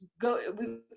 go